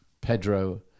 Pedro